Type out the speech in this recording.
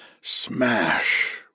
Smash